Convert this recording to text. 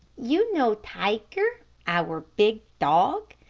you know tiger, our big dog.